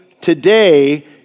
today